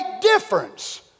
difference